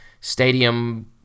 stadium